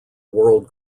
world